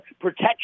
protection